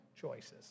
choices